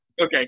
Okay